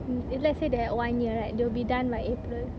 mm if let's say they had one year right they'll be done like april